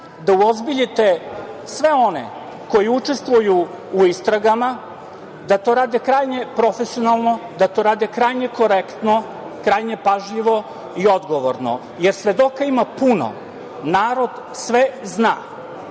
da uozbiljite sve one koji učestvuju u istragama, da to rade krajnje profesionalno, da to rade krajnje korektno, krajnje pažljivo i odgovorno, jer svedoka ima puno, narod sve zna.